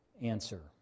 answer